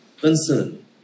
concern